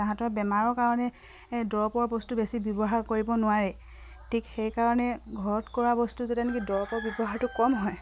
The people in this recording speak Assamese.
তাহাঁতৰ বেমাৰৰ কাৰণে দৰৱৰ বস্তু বেছি ব্যৱহাৰ কৰিব নোৱাৰে ঠিক সেইকাৰণে ঘৰত কৰা বস্তু যদি দৰবৰ ব্যৱহাৰটো কম হয়